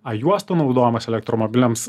a juostų naudojamas elektromobiliams